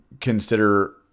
consider